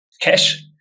Cash